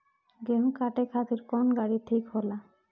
गेहूं काटे खातिर कौन गाड़ी ठीक होला?